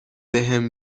بهم